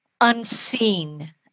Unseen